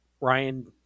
Ryan